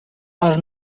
are